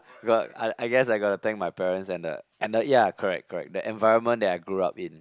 right I I guess I got to thank my parents and the and the ya correct correct the environment that I grew up in